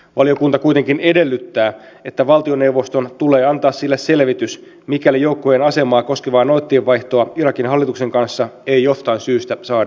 valiokunta kuitenkin edellyttää että valtioneuvoston tulee antaa sille selvitys mikäli joukkojen asemaa koskevaa noottien vaihtoa irakin hallituksen kanssa ei jostain syystä saada aikaan